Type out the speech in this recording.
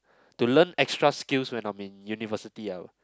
to learn extra skills when I'm in university ah